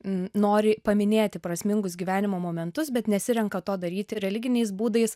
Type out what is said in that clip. nori paminėti prasmingus gyvenimo momentus bet nesirenka to daryti religiniais būdais